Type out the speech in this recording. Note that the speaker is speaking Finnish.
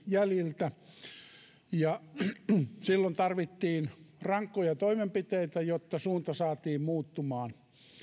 jäljiltä ja silloin tarvittiin rankkoja toimenpiteitä jotta suunta saatiin muuttumaan